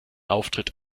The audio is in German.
auftritt